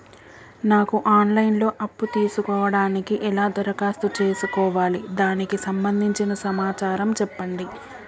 నాకు online లో అప్పు తీసుకోవడానికి ఎలా దరఖాస్తు చేసుకోవాలి దానికి సంబంధించిన సమాచారం చెప్పండి?